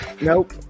Nope